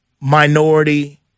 minority